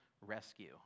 rescue